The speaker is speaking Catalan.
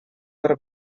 per